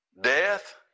Death